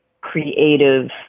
creative